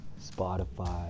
Spotify